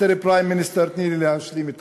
Mr. Prime Minister תני לי להשלים,